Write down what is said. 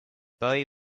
boy